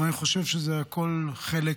אבל אני חושב שזה הכול חלק